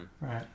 right